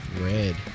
Red